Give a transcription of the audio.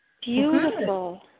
Beautiful